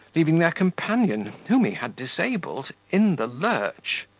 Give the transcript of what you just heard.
leaving their companion, whom he had disabled, in the lurch.